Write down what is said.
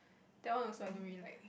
that one also I don't really like